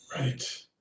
Right